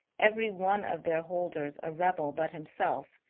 every one of their holders a rebel but himself,